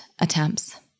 attempts